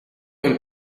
een